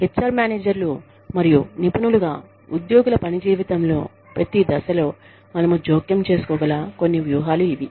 H R మేనేజర్లు మరియు నిపుణులుగా ఉద్యోగుల పని జీవితంలో ప్రతి దశలో మనము జోక్యం చేసుకోగల కొన్ని వ్యూహాలు ఇవి